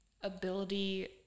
ability